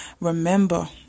Remember